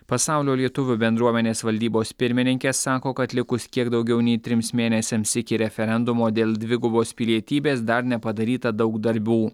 pasaulio lietuvių bendruomenės valdybos pirmininkė sako kad likus kiek daugiau nei trims mėnesiams iki referendumo dėl dvigubos pilietybės dar nepadaryta daug darbų